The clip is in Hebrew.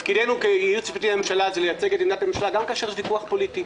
כייעוץ משפטי לממשלה זה לייצג את עמדת הממשלה גם כאשר יש ויכוח פוליטי.